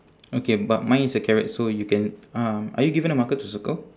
okay but mine is a carrot so you can um are you given a marker to circle